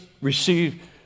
receive